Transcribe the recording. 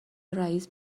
رئیس